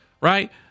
right